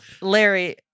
Larry